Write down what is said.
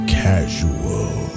casual